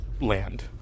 land